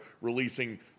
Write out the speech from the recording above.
releasing